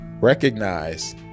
Recognize